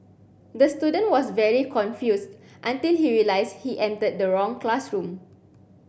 the student was very confused until he realised he entered the wrong classroom